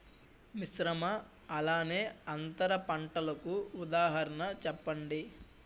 మిశ్రమ అలానే అంతర పంటలకు ఉదాహరణ చెప్పండి?